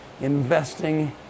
investing